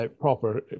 proper